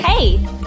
Hey